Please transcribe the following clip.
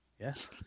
yes